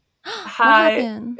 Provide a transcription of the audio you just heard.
hi